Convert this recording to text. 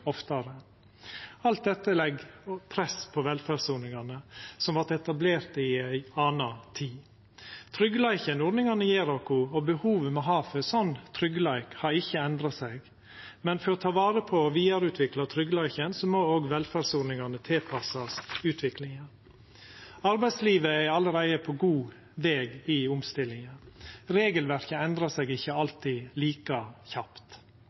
oftare. Alt dette legg press på velferdsordningane, som vart etablerte i ei anna tid. Tryggleiken ordningane gjev oss og behovet me har for slik tryggleik, har ikkje endra seg. Men for å ta vare på og vidareutvikla tryggleiken må òg velferdsordningane tilpassast utviklinga. Arbeidslivet er allereie på god veg i omstillinga. Regelverket endrar seg ikkje alltid like kjapt.